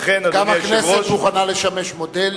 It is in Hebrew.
גם הכנסת מוכנה לשמש מודל,